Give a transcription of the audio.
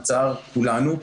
לצער כולנו.